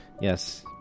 yes